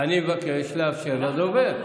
אני מבקש לאפשר לדובר.